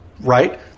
right